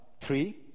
Three